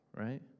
right